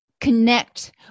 connect